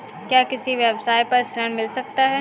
क्या किसी व्यवसाय पर ऋण मिल सकता है?